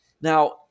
now